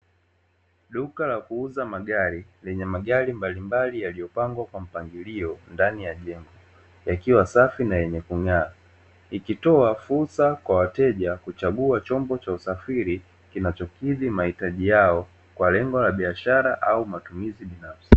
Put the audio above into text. Duka la kuuza magari lenye magari mbalimbali yaliyopangwa kwa mpangilio ndani ya jengo, yakiwa safi na yenye kung'aa ikitoa fursa kwa wateja kuchagua chombo cha usafiri kinachokidhi mahitaji yao, kwa lengo la biashara au matumizi binafsi.